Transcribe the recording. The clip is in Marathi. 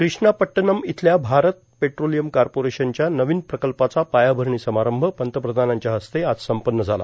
क्रिष्णापट्टनम इथल्या आरत पेट्रोलियम कार्परिशनच्या नवीन प्रकल्पाचं पायाभरणी समारंअ पंतप्रधानांच्या हस्ते आज संपन्न झाला